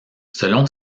selon